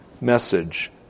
message